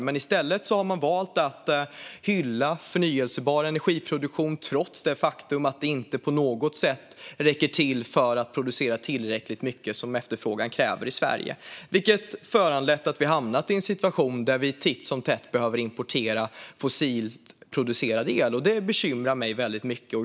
I stället har man valt att hylla förnybar energiproduktion, trots det faktum att det inte alls räcker till för att producera tillräckligt mycket för att täcka efterfrågan i Sverige. Det har lett till att vi har hamnat i en situation där vi titt som tätt behöver importera fossilt producerad el. Det bekymrar mig väldigt mycket.